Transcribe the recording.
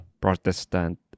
Protestant